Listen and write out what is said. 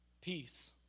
peace